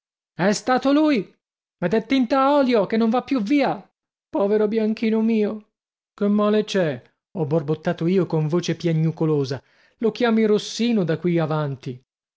è stato lui ed è tinta a olio che non va più via povero bianchino mio che male c'è ho borbottato io con voce piagnucolosa lo chiami rossino da qui avanti